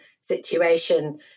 situation